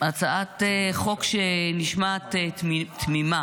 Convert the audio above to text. הצעת חוק שנשמעת תמימה.